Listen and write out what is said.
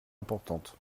importantes